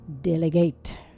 delegate